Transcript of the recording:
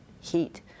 heat